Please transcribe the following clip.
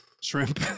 Shrimp